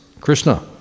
Krishna